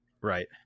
right